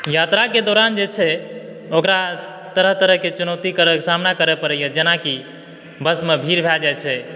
यात्राके दौरान जे छै ओकरा तरह तरहके चुनौतीके सामना करय पड़यए जेनाकि बसमे भीड़ भाय जाय छै